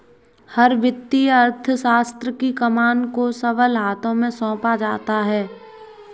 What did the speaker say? हर वित्तीय अर्थशास्त्र की कमान को सबल हाथों में सौंपा जाता है